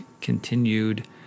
continued